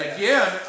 Again